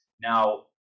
Now